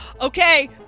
Okay